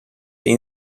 این